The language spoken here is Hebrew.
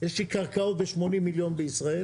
יש לי קרקעות ב-80 מיליון בישראל.